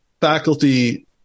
faculty